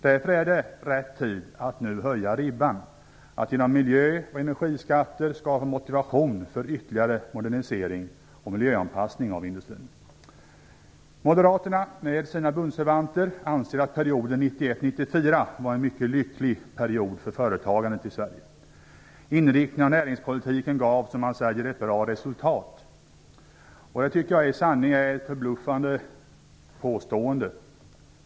Därför är det nu rätt tid att höja ribban - att genom miljö och energiskatter skapa motivation för ytterligare modernisering och miljöanpassning av industrin. Moderaterna, med sina bundsförvanter, anser att perioden 1991 - 1994 var en mycket lycklig period för företagandet i Sverige. Inriktningen av näringspolitiken gav, som man säger, ett bra resultat. Jag tycker att detta i sanning är ett förbluffande påstående.